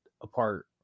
apart